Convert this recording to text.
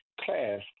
class